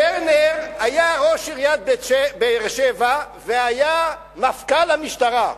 טרנר היה ראש עיריית באר-שבע והיה מפכ"ל המשטרה.